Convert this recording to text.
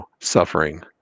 suffering